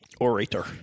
Orator